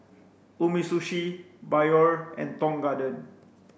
Umisushi Biore and Tong Garden